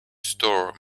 store